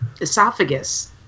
esophagus